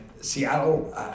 Seattle